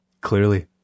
Clearly